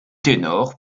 ténor